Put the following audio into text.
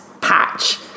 patch